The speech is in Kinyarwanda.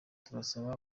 turasaba